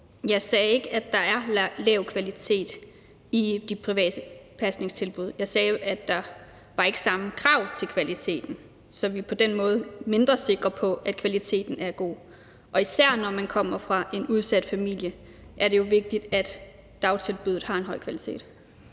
Jeg sagde ikke, at der er lav kvalitet i de private pasningstilbud. Jeg sagde, at der ikke var samme krav til kvaliteten, så vi på den måde er mindre sikre på, at kvaliteten er god. Og især når man kommer fra en udsat familie, er det jo vigtigt, at dagtilbuddet har en høj kvalitet.